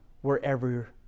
wherever